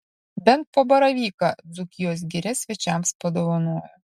bent po baravyką dzūkijos giria svečiams padovanojo